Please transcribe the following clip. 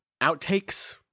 outtakes